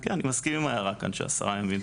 אני מסכים עם ההערה כאן ש-10 ימים.